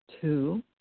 two